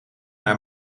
naar